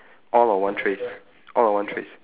all on one trays all on one trays